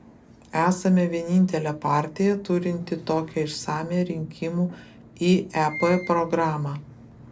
esame vienintelė partija turinti tokią išsamią rinkimų į ep programą